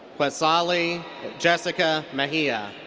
quethzaly jessica mejia.